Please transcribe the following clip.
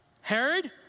Herod